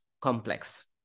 complex